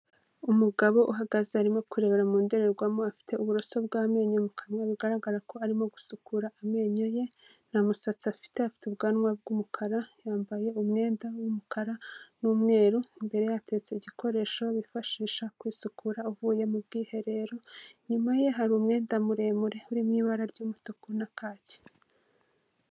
Umugabo uhagaze arimo kurebera mu ndorerwamo, afite uburoso bw'amenyo mu kanwa bigaragara ko arimo gusukura amenyo ye, ntamusatsi afite, afite ubwanwa bw'umukara, yambaye umwenda w'umukara n'umweru, imbere ye hateretse igikoresho bifashisha kwisukura avuye mu bwiherero, inyuma ye hari umwenda muremure uri mu ibara ry'umutuku na kaki.